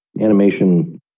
animation